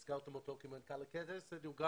הזכרתם אותו כמנכ"ל הכנסת אבל הוא היה גם